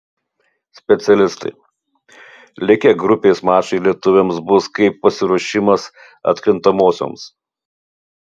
specialistai likę grupės mačai lietuviams bus kaip pasiruošimas atkrintamosioms